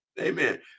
Amen